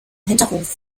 hinterhof